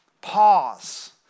pause